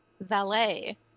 valet